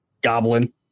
goblin